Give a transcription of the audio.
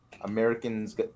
Americans